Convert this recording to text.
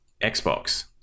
Xbox